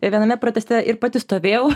viename proteste ir pati stovėjau